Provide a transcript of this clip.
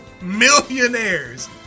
millionaires